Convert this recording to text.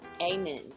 Amen